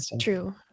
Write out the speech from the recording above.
True